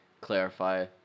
clarify